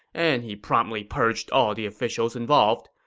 and he promptly purged all the officials involved,